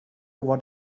what